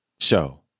Show